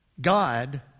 God